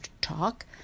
talk